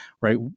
right